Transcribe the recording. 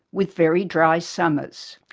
with very dry summers.